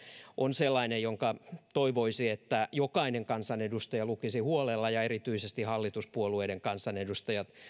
on sellainen jonka toivoisi että jokainen kansanedustaja lukisi huolella ja erityisesti hallituspuolueiden kansanedustajat